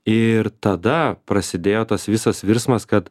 ir tada prasidėjo tas visas virsmas kad